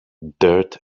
dirt